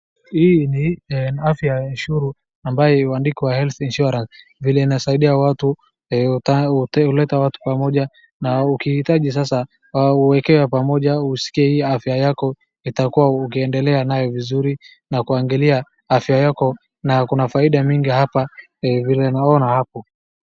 Hii ni afya ya ushuru ambayo imeandikwa health insurance vile inasaidia watu, huleta watu pamoja na ukiitaji sasa uwekewe pamoja usikie hii afya yako, itakuwa ukiendelea nayo vizuri, na kuangalia afya yako na kuna faida mingi hapa vile naona hapo.